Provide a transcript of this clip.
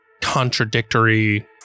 contradictory